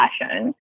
fashion